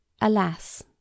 alas